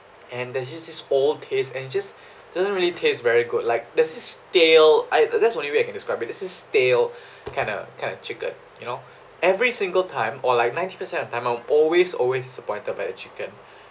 and there's just this old taste and just doesn't really taste very good like there's this stale I that's the only way I can describe it there's this stale kind of kind of chicken you know every single time or like ninety percent of the time I'm always always disappointed by the chicken